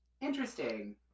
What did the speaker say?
Interesting